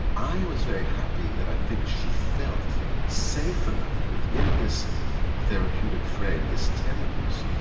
i was very happy that i think she felt safe enough within this therapeutic frame, this temenos,